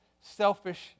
selfish